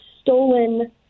stolen